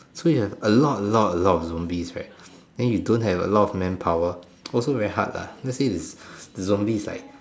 so if we have a lot a lot a lot of zombies right then you don't have a lot of man power also very hard lah let's say the zombies is like